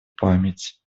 память